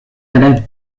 ere